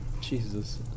Jesus